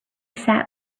sat